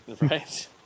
right